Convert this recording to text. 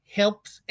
helps